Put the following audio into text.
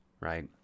right